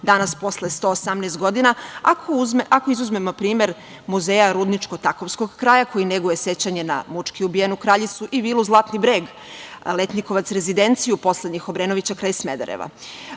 danas posle 118 godina, ako izuzmemo primer muzeja rudničko-takovskog kraja, koji neguje sećanja na mučki ubijenu kraljicu i vilu Zlatni breg, letnjikovac rezidenciju poslednjih Obrenovića kraj Smedereva.Zašto